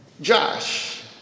Josh